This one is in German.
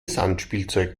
sandspielzeug